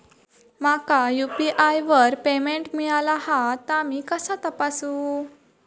माका यू.पी.आय वर पेमेंट मिळाला हा ता मी कसा तपासू?